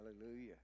Hallelujah